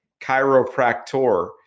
chiropractor